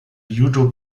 judo